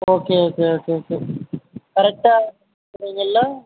okay okay okay okay கரெக்டாக செய்வீங்கல்ல